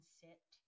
sit